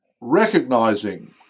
recognizing